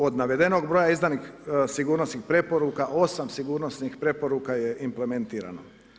Od navedenog broja izdanih sigurnosnih preporuka 8 sigurnosnih preporuka je implementirano.